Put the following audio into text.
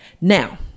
Now